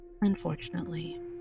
Unfortunately